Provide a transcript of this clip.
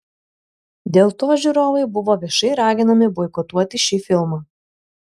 dėl to žiūrovai buvo viešai raginami boikotuoti šį filmą